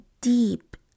deep